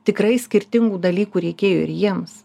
tikrai skirtingų dalykų reikėjo ir jiems